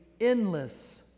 endless